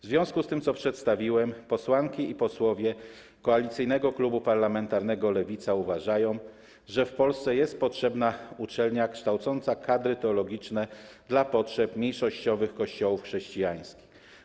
W związku z tym, co przedstawiłem, posłanki i posłowie Koalicyjnego Klubu Parlamentarnego Lewicy uważają, że w Polsce jest potrzebna uczelnia kształcąca kadry teologiczne dla potrzeb mniejszościowych Kościołów chrześcijańskich.